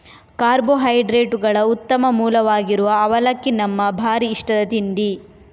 ಕಾರ್ಬೋಹೈಡ್ರೇಟುಗಳ ಉತ್ತಮ ಮೂಲವಾಗಿರುವ ಅವಲಕ್ಕಿ ನಮ್ಮ ಭಾರೀ ಇಷ್ಟದ ತಿಂಡಿ